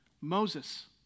Moses